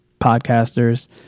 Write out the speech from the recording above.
podcasters